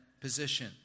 position